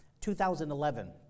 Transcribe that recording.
2011